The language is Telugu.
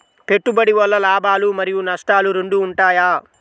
పెట్టుబడి వల్ల లాభాలు మరియు నష్టాలు రెండు ఉంటాయా?